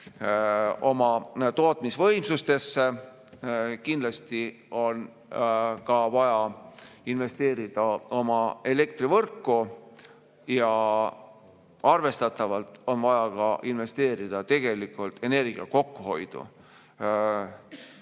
oma tootmisvõimsustesse. Kindlasti on vaja investeerida meie elektrivõrku ja arvestatavalt on vaja investeerida ka energia kokkuhoidu.